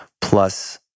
plus